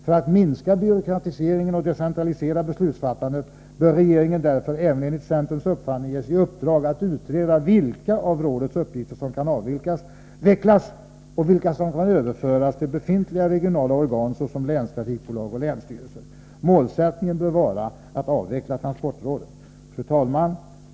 För att minska byråkratiseringen och decentralisera beslutsfattandet bör regeringen därför enligt centerns uppfattning även ges i uppdrag att utreda vilka av rådets uppgifter som kan avvecklas och vilka som kan överföras till befintliga regionala organ, såsom länstrafikbolag och länsstyrelser. Målsättningen bör vara att avveckla transportrådet. Fru talman!